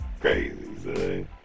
crazy